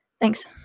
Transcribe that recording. Thanks